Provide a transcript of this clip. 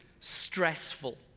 stressful